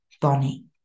Bonnie